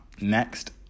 next